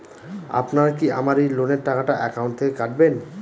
আপনারা কি আমার এই লোনের টাকাটা একাউন্ট থেকে কাটবেন?